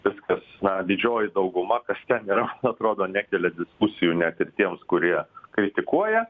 viskas na didžioji dauguma kas ten yra atrodo nekelia diskusijų net ir tiems kurie kritikuoja